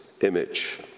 image